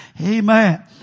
Amen